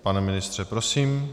Pane ministře, prosím.